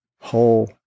Whole